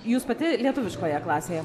jūs pati lietuviškoje klasėje